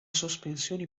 sospensioni